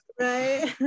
right